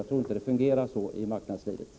Jag tror inte att det fungerar så på marknaden.